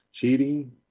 cheating